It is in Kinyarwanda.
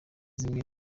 zimwe